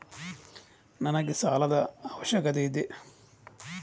ನನಗೆ ಸಾಲದ ಅಗತ್ಯ ಇದೆ?